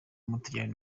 w’umutaliyani